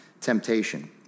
temptation